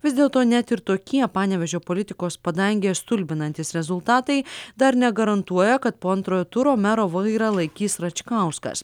vis dėlto net ir tokie panevėžio politikos padangėje stulbinantys rezultatai dar negarantuoja kad po antrojo turo mero vairą laikys račkauskas